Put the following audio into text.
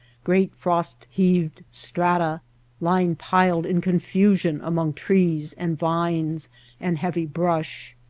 great frost-heaved strata lying piled in confusion among trees and vines and heavy brush.